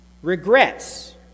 Regrets